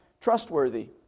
trustworthy